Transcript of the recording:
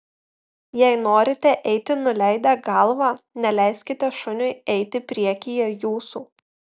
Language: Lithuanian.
jei norite eiti nuleidę galvą neleiskite šuniui eiti priekyje jūsų